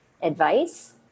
advice